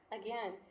again